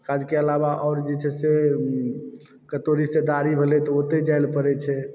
काजके अलावा आओर जे छै से कतहुँ रिश्तेदारी भेलय तऽ ओतय जाइलऽ पड़ैत छै